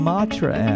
Matra